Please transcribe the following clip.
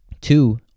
two